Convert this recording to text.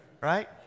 Right